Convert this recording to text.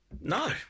No